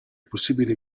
possibile